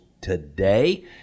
today